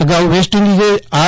અગાઉ વેસ્ટઇન્ડિઝે આર